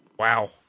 Wow